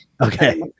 Okay